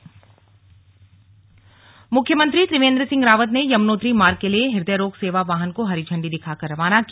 slug हृदय रोग सेवा वाहन मुख्यमंत्री त्रिवेन्द्र सिंह रावत ने यमुनोत्री मार्ग के लिए हृदय रोग सेवा वाहन को हरी झंडी दिखाकर रवाना किया